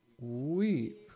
weep